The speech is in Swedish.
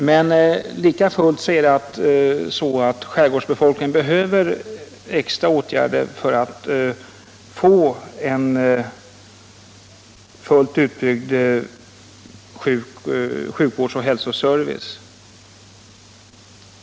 Men lika fullt behöver skärgårdsbefolkningen extra åtgärder för att få en helt utbyggd sjukvårdsoch hälsoservice.